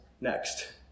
next